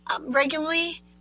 regularly